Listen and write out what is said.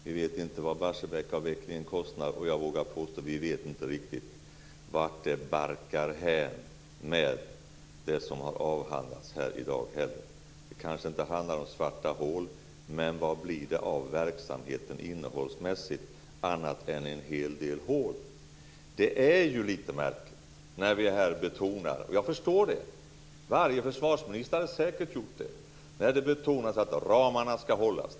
Vi vet inte vad Barsebäcksavvecklingen kostar, och jag vågar påstå att vi inte riktigt vet vart det barkar hän med det som har avhandlats här heller. Det kanske inte handlar om svarta hål, men vad blir det av verksamheten innehållsmässigt annat än en hel del hål? Det hela blir litet märkligt. Här betonas - och jag förstår det; varje försvarsminister skulle säkert ha gjort det - att ramarna skall hållas.